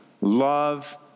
love